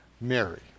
Mary